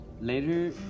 later